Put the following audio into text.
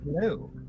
Hello